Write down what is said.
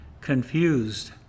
confused